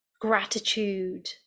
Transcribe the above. gratitude